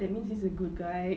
that means he's a good guy